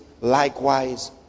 Likewise